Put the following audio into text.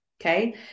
okay